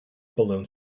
balloon